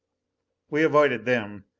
we avoided them,